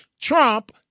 Trump